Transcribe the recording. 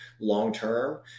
long-term